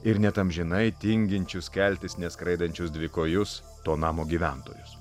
ir net amžinai tinginčius keltis neskraidančius dvikojus to namo gyventojus